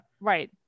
right